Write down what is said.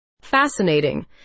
Fascinating